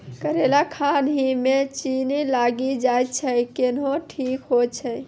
करेला खान ही मे चित्ती लागी जाए छै केहनो ठीक हो छ?